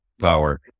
power